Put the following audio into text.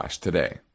today